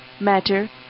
matter